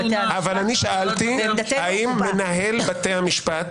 שאלתי, האם מנהל בתי המשפט